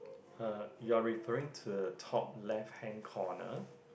uh you are referring to the top left hand corner